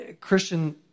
Christian